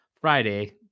Friday